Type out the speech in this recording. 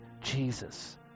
Jesus